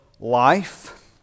life